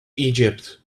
egypt